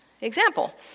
Example